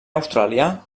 australià